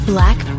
Black